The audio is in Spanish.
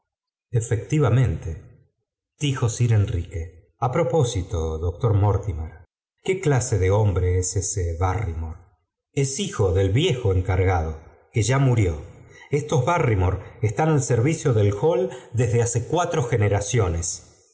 efectivamente dijo sir enrique a propó bito doctor mortimer qué clase de hombre es ese barrymore r es hijo del viejo encargado que ya murió f estos barrymore están al servicio del hall desde r hace cua generaciones